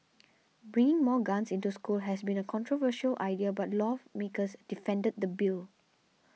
bringing more guns into school has been a controversial idea but lawmakers defended the bill